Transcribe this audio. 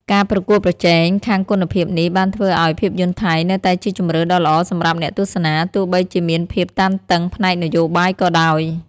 ការប្រកួតប្រជែងខាងគុណភាពនេះបានធ្វើឲ្យភាពយន្តថៃនៅតែជាជម្រើសដ៏ល្អសម្រាប់អ្នកទស្សនា ទោះបីជាមានភាពតានតឹងផ្នែកនយោបាយក៏ដោយ។